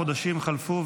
החודשים חלפו,